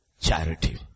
charity